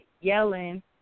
yelling